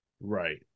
Right